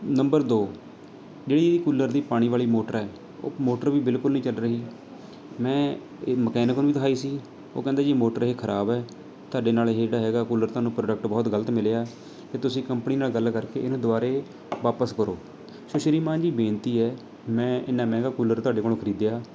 number ਦੋ ਜਿਹੜੀ ਇਹ ਕੂਲਰ ਦੀ ਪਾਣੀ ਵਾਲ਼ੀ ਮੋਟਰ ਹੈ ਉਹ ਮੋਟਰ ਵੀ ਬਿਲਕੁਲ ਨਹੀਂ ਚੱਲ ਰਹੀ ਮੈਂ ਇਹ ਮਕੈਨਿਕ ਨੂੰ ਵੀ ਦਿਖਾਈ ਸੀ ਉਹ ਕਹਿੰਦਾ ਜੀ ਮੋਟਰ ਇਹ ਖ਼ਰਾਬ ਹੈ ਤੁਹਾਡੇ ਨਾਲ਼ ਇਹ ਜਿਹੜਾ ਹੈਗਾ ਕੂਲਰ ਤੁਹਾਨੂੰ ਪ੍ਰੋਡਕਟ ਬਹੁਤ ਗ਼ਲਤ ਮਿਲਿਆ ਅਤੇ ਤੁਸੀਂ ਕੰਪਨੀ ਨਾਲ਼ ਗੱਲ ਕਰਕੇ ਇਹਨੂੰ ਦੁਵਾਰੇ ਵਾਪਿਸ ਕਰੋ ਸੋ ਸ਼੍ਰੀਮਾਨ ਜੀ ਬੇਨਤੀ ਹੈ ਮੈਂ ਇੰਨਾ ਮਹਿੰਗਾ ਕੂਲਰ ਤੁਹਾਡੇ ਕੋਲ਼ੋਂ ਖਰੀਦਿਆ